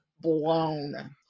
blown